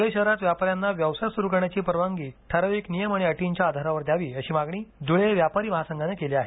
धुळे शहरात व्यापार्यांरना व्यवसाय सरू करण्याची परवानगी ठराविक नियम आणि अटींच्या आधारावर द्यावी अशी मागणी धुळे व्यापारी महासंघाने केली आहे